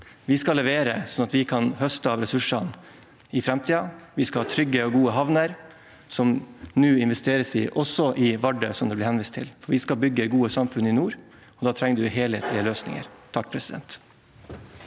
Vi skal levere, sånn at vi kan høste av ressursene i framtiden. Vi skal ha trygge og gode havner, som det nå investeres i – også i Vardø, som det ble henvist til. Vi skal bygge gode samfunn i nord, og da trenger vi helhetlige løsninger. Willfred